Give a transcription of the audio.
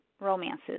romances